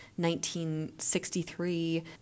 1963